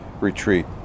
retreat